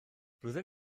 flwyddyn